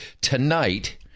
Tonight